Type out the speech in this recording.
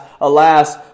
alas